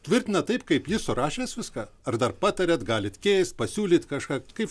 tvirtinat taip kaip jis surašęs viską ar dar patariat galit keist pasiūlyt kažką kaip